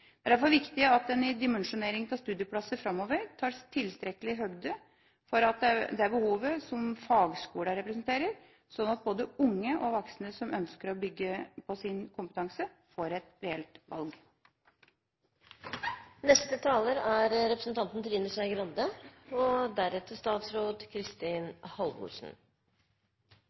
Det er derfor viktig at en i dimensjoneringen av studieplasser framover tar tilstrekkelig høyde for det behovet som fagskolene representerer, slik at både unge og voksne som ønsker å bygge på sin kompetanse, får et reelt valg. Det sies at det er vanskelig å vite hva du skal bli, når du er liten. Men av og